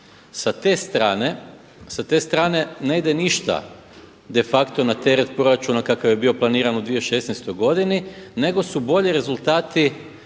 Sa te strane ne ide ništa de facto na teret proračuna kakav je bio planiran u 2016. nego su bolji rezultati